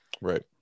Right